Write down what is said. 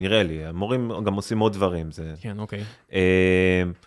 נראה לי, המורים גם עושים עוד דברים, זה... -כן, אוקיי. אה...